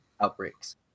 outbreaks